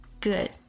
Good